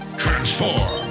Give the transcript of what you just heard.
transform